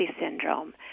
syndrome